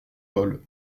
paul